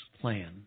plan